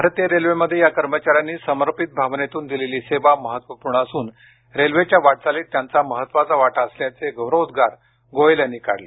भारतीय रेल्वेमध्ये या कर्मचाऱ्यांनी समर्पित भावनेतून दिलेली सेवा महत्वपूर्ण असून रेल्वेच्या वाटचालीत त्यांचा महत्त्वाचा वाटा असल्याचे गौरवउदगार गोयल यांनी काढले